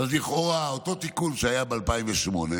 אז לכאורה אותו תיקון שהיה ב-2008,